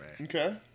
Okay